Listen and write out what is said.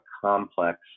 complex